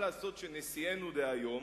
מה לעשות שנשיאנו דהיום